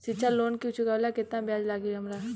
शिक्षा लोन के चुकावेला केतना ब्याज लागि हमरा?